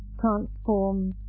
transform